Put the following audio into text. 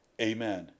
Amen